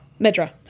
Medra